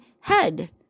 head